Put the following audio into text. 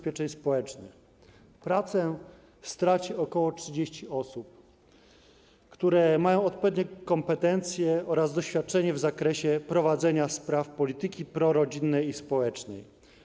Pracę straci ok. 30 osób, które mają odpowiednie kompetencje oraz doświadczenie w zakresie prowadzenia spraw z zakresu polityki prorodzinnej i społecznej.